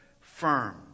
firm